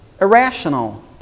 Irrational